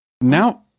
Now